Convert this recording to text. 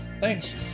Thanks